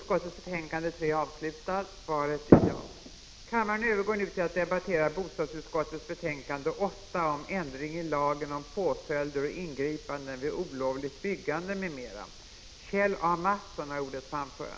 Kammaren övergår nu till att debattera bostadsutskottets betänkande 8 om ändring ilagen om påföljder och ingripanden vid olovligt byggande m.m.